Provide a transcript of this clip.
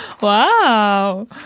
Wow